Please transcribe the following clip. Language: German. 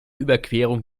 überquerung